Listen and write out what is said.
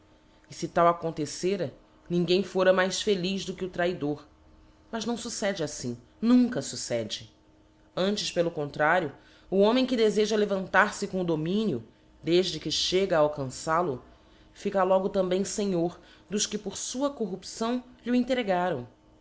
e fe tal acontecera ninguém fora mais feliz do que o traidor mas não fuccede affim nunca fuccede antes pelo contrario o homem que defeja levantar fe com o dominio defde que chega a alcançal o fica logo também fenhor dos que por fua corrupção iho entregaram e